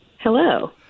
Hello